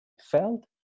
felt